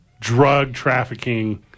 drug-trafficking